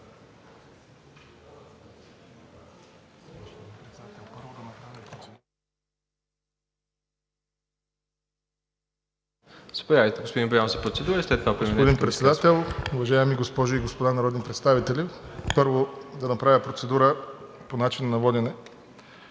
Господин Председател, уважаеми госпожи и господа народни представители! Първо, да направя процедура по начина на водене.